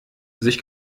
sich